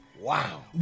Wow